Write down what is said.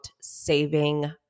saving